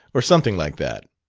or something like that.